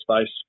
space